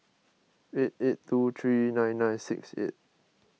eight eight two three nine nine six eight